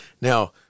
now